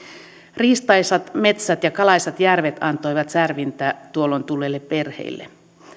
riistaisat metsät ja kalaisat järvet antoivat särvintä tuolloin tulleille perheille